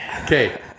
Okay